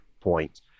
point